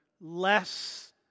less